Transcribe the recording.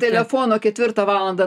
telefono ketvirtą valandą